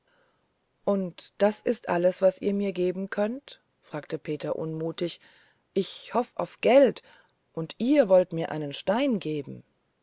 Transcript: und das ist alles was ihr mir geben könnet fragte peter unmutig ich hoff auf geld und ihr wollet mir einen stein geben